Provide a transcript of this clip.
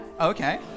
Okay